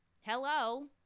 Hello